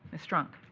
ah strunck